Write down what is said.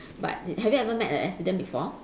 but have you ever met an accident before